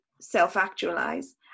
self-actualize